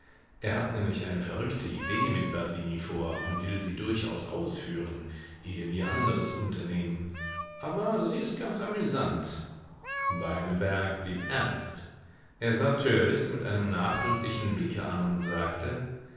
er hat nämlich eine verrückte idee mit basini vor und will sie durchaus ausführen ehe wir anderes unternehmen aber sie ist ganz amüsant beineberg blieb ernst er sah törleß mit einem nachdrücklichen blicke an und sagte